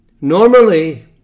Normally